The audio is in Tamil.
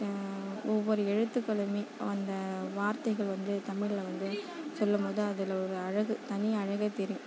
ஒவ்வொரு எழுத்துக்களுமே அந்த வார்த்தைகள் வந்து தமிழில் வந்து சொல்லும் போது அதில் ஒரு அழகு தனி அழகே தெரியும்